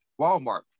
Walmart